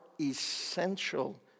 essential